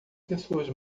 pessoas